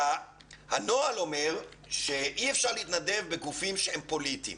הנוהל אומר שאי אפשר להתנדב בגופים שהם פוליטיים.